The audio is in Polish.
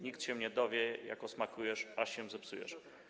Nikt się nie dowie, Jako smakujesz, Aż się zepsujesz.